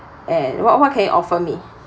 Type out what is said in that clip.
and what what can you offer me